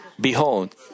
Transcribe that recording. Behold